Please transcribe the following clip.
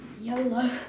YOLO